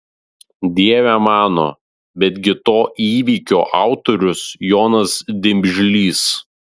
dieve mano betgi to įvykio autorius jonas dimžlys